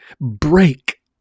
break